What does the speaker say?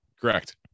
Correct